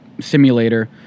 simulator